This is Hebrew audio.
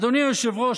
אדוני היושב-ראש,